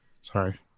sorry